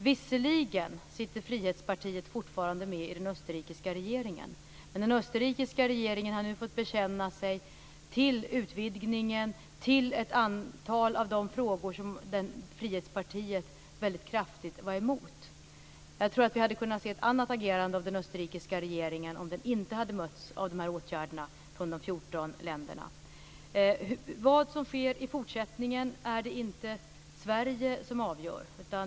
Visserligen sitter Frihetspartiet fortfarande med i den österrikiska regeringen, men den österrikiska regeringen har nu fått bekänna sig till utvidgningen och till ett antal av de punkter som Frihetspartiet väldigt kraftigt var mot. Jag tror att vi hade kunnat få se ett annat agerande från den österrikiska regeringen om den inte hade mötts av dessa åtgärder från de 14 länderna. Vad som sker i fortsättningen är det inte Sverige som avgör.